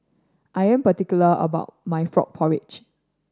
I am particular about my frog porridge